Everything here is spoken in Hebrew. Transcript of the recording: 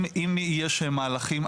אם יש מהלכים,